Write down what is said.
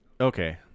Okay